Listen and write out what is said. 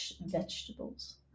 vegetables